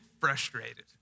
frustrated